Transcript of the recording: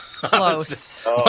Close